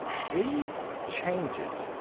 these changes.